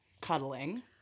cuddling